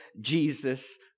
Jesus